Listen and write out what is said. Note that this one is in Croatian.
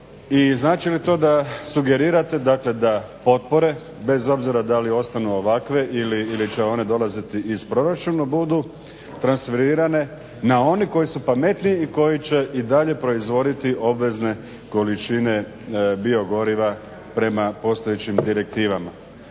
znači li to da sugerirate dakle da potpore bez obzira da li ostanu ovakve ili će one dolaziti iz proračunu budu transferirane na one koji su pametniji i koji će i dalje proizvoditi obvezne količine biogoriva prema postojećim direktivama?